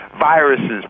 viruses